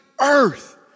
earth